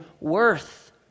worth